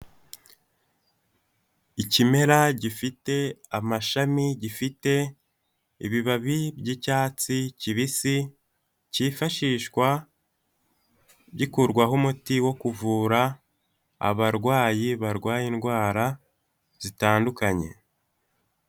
Ikimera gifite amashami gifite ibibabi by'icyatsi kibisi, cyifashishwa gikurwaho umuti wo kuvura abarwayi barwaye indwara zitandukanye.